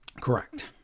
Correct